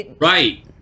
Right